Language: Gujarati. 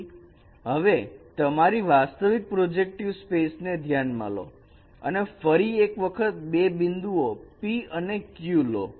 તેથી હવે તમારી વાસ્તવિક પ્રોજેક્ટિવ સ્પેસને ધ્યાનમાં લો અને ફરી એક વખત બે બિંદુઓ p અને q લો